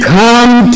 come